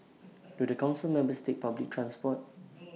do the Council members take public transport